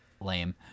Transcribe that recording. Lame